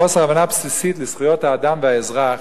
חוסר הבנה בסיסית בזכויות האדם והאזרח